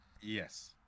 yes